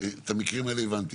את המקרים האלה הבנתי,